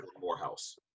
Morehouse